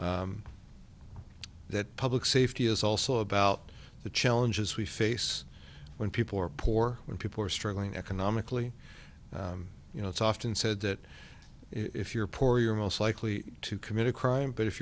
that public safety is also about the challenges we face when people are poor when people are struggling economically you know it's often said that if you're poor you're most likely to commit a crime but if